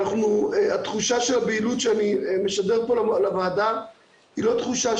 התחושה של הבהילות שאני משדר פה לוועדה היא לא תחושת